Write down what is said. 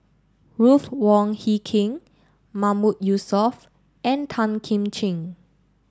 Ruth Wong Hie King Mahmood Yusof and Tan Kim Ching